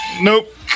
nope